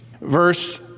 Verse